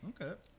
Okay